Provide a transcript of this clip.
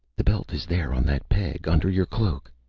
the belt is there on that peg, under your cloak.